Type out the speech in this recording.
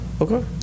Okay